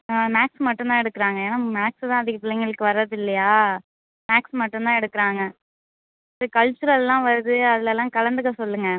ஆ maths மட்டும்தான் எடுக்கிறாங்க ஏன்னால் மேக்ஸ்ஸு தான் அதிக பிள்ளைங்களுக்கு வரதில்லையா மேக்ஸ் மட்டும்தான் எடுக்கிறாங்க இந்த கல்ச்சுரெல்லாம் வருது அதுலெல்லாம் கலந்துக்க சொல்லுங்கள்